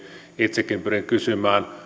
itsekin pyrin kysymään